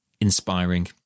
inspiring